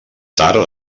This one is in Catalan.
tard